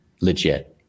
legit